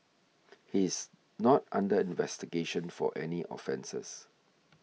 he is not under investigation for any offences